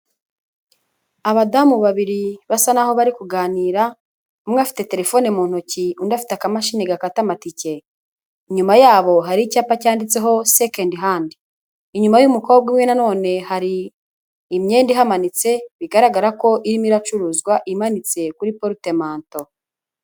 Abadamu babiri basa naho bari kuganira, umwe afite telefone mu ntoki, undi afite akamashini gakata amatike, inyuma yaho hari icyapa cyanditseho sekendi handi, inyuma y'umukobwa umwe nanone, hari imyenda ihamanitse bigaragara ko irimo iracuruzwa imanitse kuri porutemanto.